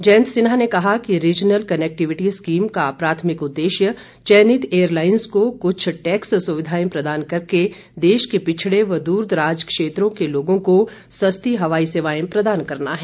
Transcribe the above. जयन्त सिन्हा ने कहा कि रीजनल कनेक्टिविटी स्कीम का प्राथमिक उद्देश्य चयनित एयरलाइन्स को कुछ टैक्स सुविधाएं प्रदान करके देश के पिछड़े व दूरदराज क्षेत्रों के लोगों को सस्ती हवाई सेवायें प्रदान करना है